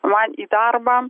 man į darbą